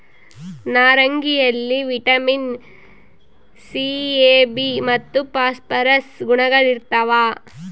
ನಾರಂಗಿಯಲ್ಲಿ vitamin C A B ಮತ್ತು phosphorus ಗುಣಗಳಿರ್ತಾವ